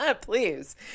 please